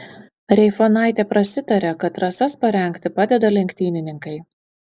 reifonaitė prasitarė kad trasas parengti padeda lenktynininkai